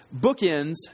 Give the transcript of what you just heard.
Bookends